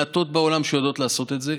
מעטות בעולם שיודעות לעשות את זה.